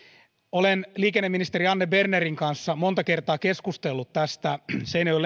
olen liikenneministeri anne bernerin kanssa monta kertaa keskustellut tästä seinäjoen